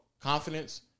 confidence